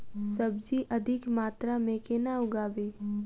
सब्जी अधिक मात्रा मे केना उगाबी?